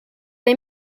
les